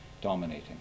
dominating